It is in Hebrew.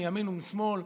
מימין ומשמאל.